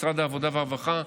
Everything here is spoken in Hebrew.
משרד העבודה והרווחה,